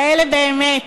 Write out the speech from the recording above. כאלה באמת,